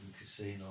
Casino